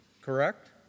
Correct